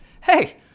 hey